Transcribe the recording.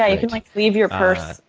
yeah you can like leave your purse,